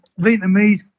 Vietnamese